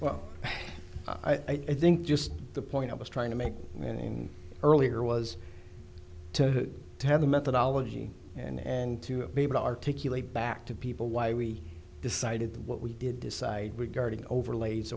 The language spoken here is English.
well i think just the point i was trying to make earlier was to have the methodology and to be able to articulate back to people why we decided what we did decide regarding overlays